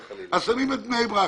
אז שמים את בני ברק.